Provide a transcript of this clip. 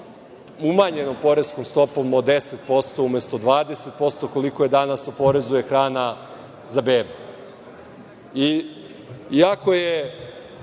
umanjenom poreskom stopom od 10%, umesto 20% koliko je danas, oporezuje hrana za bebu. Iako,